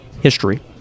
history